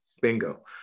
Bingo